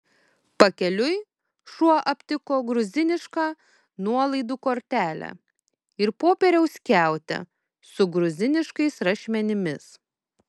pakeliui šuo aptiko gruzinišką nuolaidų kortelę ir popieriaus skiautę su gruziniškais rašmenimis